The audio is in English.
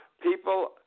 people